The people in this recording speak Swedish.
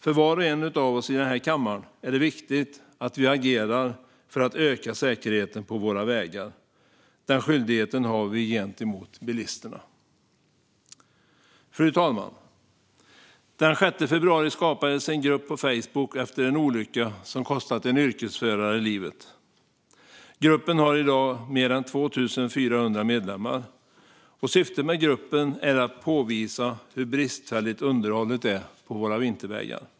För var och en av oss i den här kammaren är det viktigt att vi agerar för att öka säkerheten på våra vägar. Den skyldigheten har vi gentemot bilisterna. Fru talman! Den 6 februari skapades en grupp på Facebook efter en olycka som kostade en yrkesförare livet. Gruppen har i dag mer än 2 400 medlemmar. Syftet med gruppen är att påvisa hur bristfälligt underhållet är på våra vintervägar.